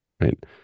Right